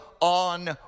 on